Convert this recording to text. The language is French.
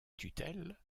tutelle